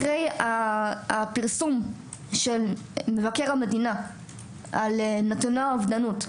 אחרי הפרסום של מבקר המדינה על נתוני אובדנות,